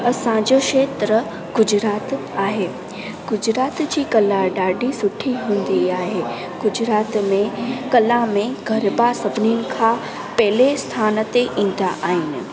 असांजो खेत्रु गुजरात आहे गुजरात जी कला ॾाढी सुठी हूंदी आहे गुजरात में कला में गरबा सभिनिनि खां पहले आस्थान ते ईंदा आहिनि